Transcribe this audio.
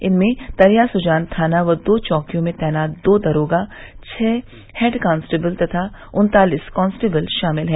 इनमें तरया सुजान थाना व दो चौकियों में तैनात दो दरोगा छह हेडकांस्टेबल व उन्तालीस कांस्टेबल शामिल हैं